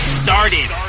started